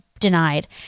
denied